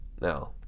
now